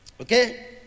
Okay